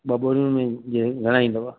बोरियूं में जंहिं घणा ईंदव